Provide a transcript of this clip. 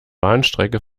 bahnstrecke